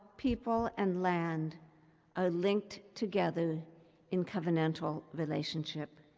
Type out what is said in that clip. people and land are linked together in covenantal relationship.